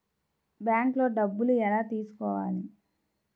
బ్యాంక్లో డబ్బులు ఎలా తీసుకోవాలి?